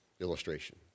Illustration